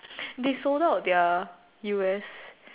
they sold out their U_S